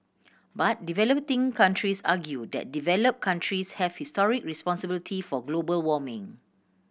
but developing countries argue that developed countries have historic responsibility for global warming